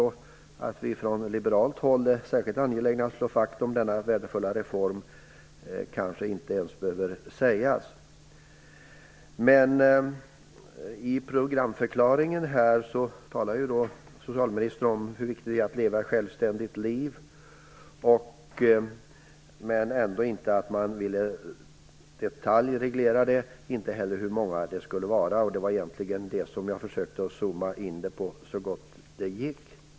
Att vi från liberalt håll är särskilt angelägna att slå vakt om denna värdefulla reform kanske inte ens behöver sägas. I programförklaringen talar socialministern om hur viktigt det är att leva ett självständigt liv, men att man ändå inte vill utfärda detaljregleringar. Man vill inte heller ange antalet, men det var det som jag försökte att rikta in uppmärksamheten på så gott det gick.